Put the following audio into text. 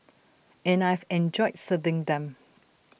and I've enjoyed serving them